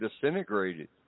disintegrated